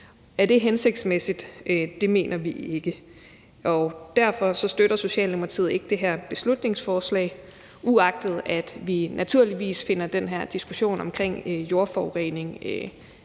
Er det hensigtsmæssigt? Det mener vi ikke. Derfor støtter Socialdemokratiet ikke det her beslutningsforslag, uagtet at vi naturligvis finder den her diskussion om jordforurening